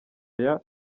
aya